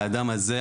האדם הזה,